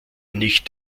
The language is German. nicht